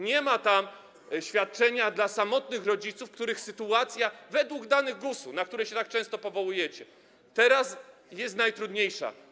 Nie ma tam świadczenia dla samotnych rodziców, których sytuacja według danych GUS-u, na które się tak często powołujecie, teraz jest najtrudniejsza.